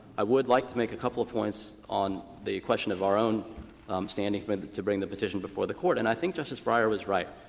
i would like to make a couple of points on the question of our own standing but to bring the petition before the court. and i think justice breyer was right.